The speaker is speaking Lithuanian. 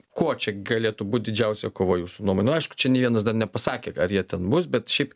ko čia galėtų būt didžiausia kova jūsų nuomone aišku čia nė vienas dar nepasakė ar jie ten bus bet šiaip